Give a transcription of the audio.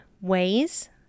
ways